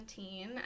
2017